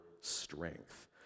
strength